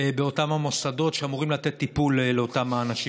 באותם מוסדות שאמורים לתת טיפול לאותם אנשים.